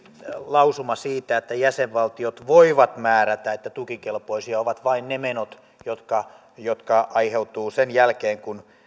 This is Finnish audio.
lausuma siitä että jäsenvaltiot voivat määrätä että tukikelpoisia ovat vain ne menot jotka jotka aiheutuvat sen jälkeen kun